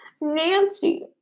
Nancy